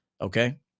Okay